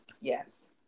yes